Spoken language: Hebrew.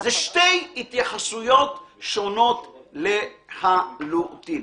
זה שתי התייחסויות שונות לחלוטין.